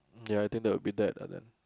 ya I think that will be that ah then